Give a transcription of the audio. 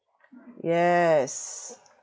yes